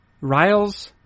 Riles